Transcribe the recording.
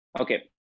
Okay